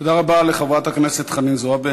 תודה רבה לחברת הכנסת חנין זועבי.